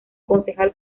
concejal